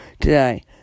today